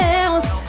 else